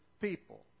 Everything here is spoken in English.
people